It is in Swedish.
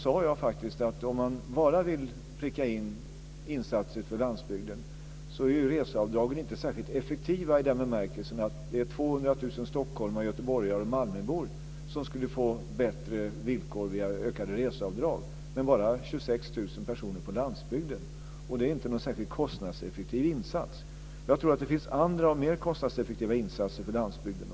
Jag sade faktiskt att om man bara vill pricka in insatser för landsbygden är reseavdragen inte särskilt effektiva. Det är nämligen 200 000 stockholmare, göteborgare och malmöbor som skulle få bättre villkor via ökade reseavdrag, men bara 26 000 personer på landsbygden. Det är inte någon särskilt kostnadseffektiv insats. Jag tror att det finns andra och mer kostnadseffektiva insatser för landsbygden.